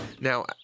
Now